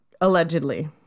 Allegedly